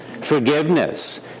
forgiveness